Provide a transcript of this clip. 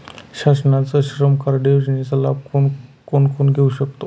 शासनाच्या श्रम कार्ड योजनेचा लाभ कोण कोण घेऊ शकतो?